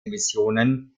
emissionen